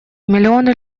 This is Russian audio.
миллионы